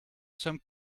some